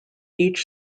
each